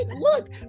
Look